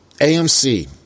AMC